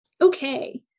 Okay